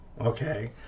Okay